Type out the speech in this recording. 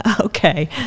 okay